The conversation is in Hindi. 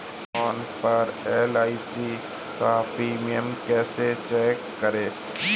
फोन पर एल.आई.सी का प्रीमियम कैसे चेक करें?